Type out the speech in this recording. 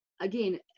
again